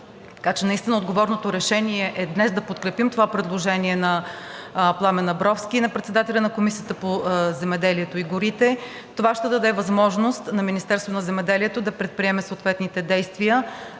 Така че наистина отговорното решение е днес да подкрепим това предложение на Пламен Абровски и на председателя на Комисията по земеделието и горите. Това ще даде възможност на Министерството на земеделието да предприеме съответните действия